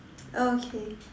okay